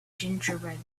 gingerbread